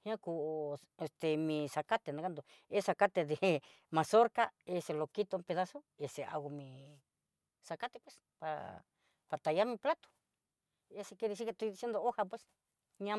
ka ku este mi sacate nakandó, nes sacate de mazorca, ese lo kito un pedazo y ese mi zacate pues para tallar mi plato eso quiere decir que estoy diciendo hojá pues ña.